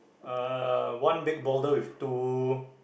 uh one big boulder with two